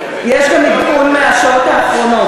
ויש גם עדכון מהשעות האחרונות,